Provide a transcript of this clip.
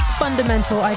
fundamental